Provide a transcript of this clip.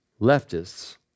leftists